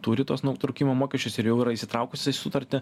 turi tuos nutraukimo mokesčius ir jau yra įsitraukusios į sutartį